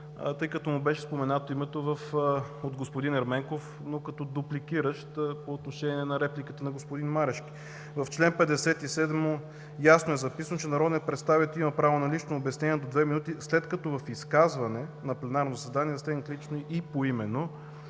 тъй като беше споменато името му от господин Ерменков, но като дупликиращ по отношение репликата на господин Марешки. В чл. 57 ясно е записано, че народен представител има право на лично обяснение до две минути, след като в изказване на пленарно заседание е засегнат лично и поименно.